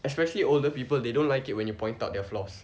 especially older people they don't like it when you point out their flaws